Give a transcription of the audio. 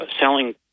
selling